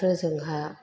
आरो जोंहा